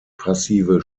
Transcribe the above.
passive